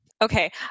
Okay